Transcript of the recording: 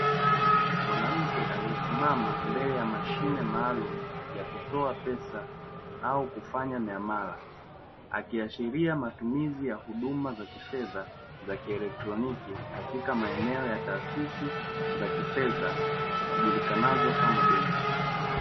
Mwanamke aliyesimama mbele yashine maalumu ya kutoa pesa au kufanya miamala, akiashiria matumizi ya huduma za kifedha za kielekitroniki katika maeneo ya taasisi za kifedha zijulikanazo kama benki.